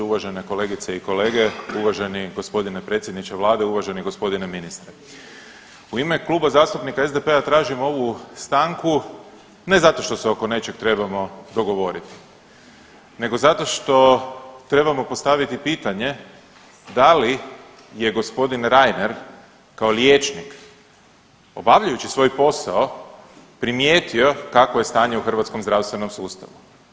Uvažene kolegice i kolege, uvaženi gospodine predsjedniče vlade, uvaženi gospodine ministre, u ime Kluba zastupnika SDP-a tražim ovu stanku ne zato što se oko nečeg trebamo dogovoriti nego zato što trebamo postaviti pitanje da li je gospodin Reiner kao liječnik obavljajući svoj posao primijetio kakvo je stanje u hrvatskom zdravstvenom sustavu.